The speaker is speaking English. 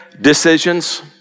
decisions